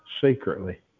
secretly